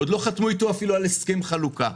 עוד לא חתמו איתו אפילו על הסכם חלוקה.